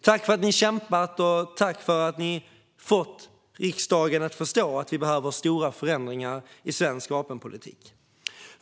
Tack för att ni kämpat, och tack för att ni fått riksdagen att förstå att vi behöver stora förändringar i svensk vapenpolitik!